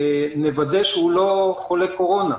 לוודא שהוא לא חולה קורונה.